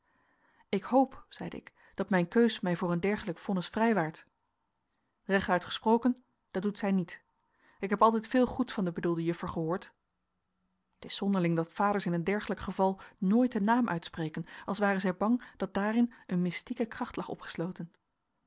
ik hoop zeide ik dat mijn keus mij voor een dergelijk vonnis vrijwaart rechtuit gesproken dat doet zij niet ik heb altijd veel goeds van de bedoelde juffer gehoord t is zonderling dat vaders in een dergelijk geval nooit den naam uitspreken als waren zij bang dat daarin een mystieke kracht lag opgesloten